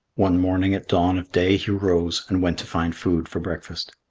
one morning at dawn of day he rose and went to find food for breakfast.